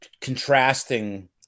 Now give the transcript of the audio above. contrasting